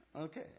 Okay